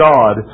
God